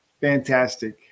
fantastic